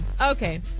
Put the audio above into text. Okay